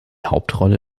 hauptrolle